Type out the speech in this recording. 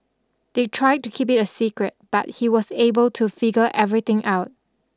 they tried to keep it a secret but he was able to figure everything out